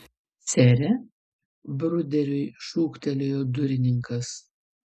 sere bruderiui šūktelėjo durininkas